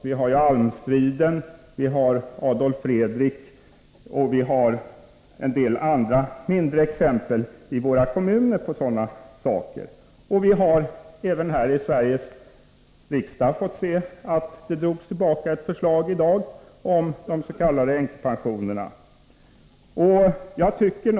Vi har almstriden, Adolf Fredrik och en del andra exempel i våra kommuner på sådana saker. Vi har även här i Sveriges riksdag i dag fått se att förslaget om de s.k. änkepensionerna har dragits tillbaka.